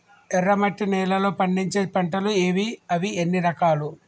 ఎర్రమట్టి నేలలో పండించే పంటలు ఏవి? అవి ఎన్ని రకాలు?